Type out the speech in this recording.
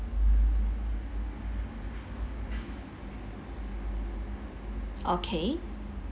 okay